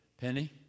Penny